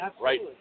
right